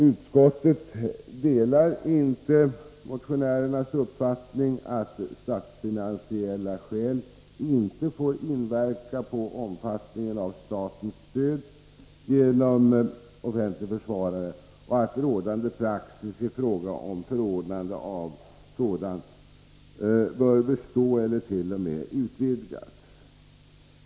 Utskottet delar inte motionärernas uppfattning att statsfinansiella skäl inte får inverka på omfattningen av statens stöd genom offentlig försvarare och att rådande praxis i fråga om förordnande av sådan bör bestå eller t.o.m. utvidgas.